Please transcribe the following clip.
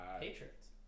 Patriots